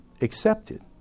accepted